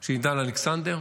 של עידן אלכסנדר,